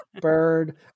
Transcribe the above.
bird